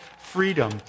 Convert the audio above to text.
freedom